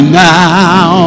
now